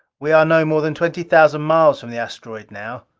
we are no more than twenty thousand miles from the asteroid now.